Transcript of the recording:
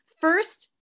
First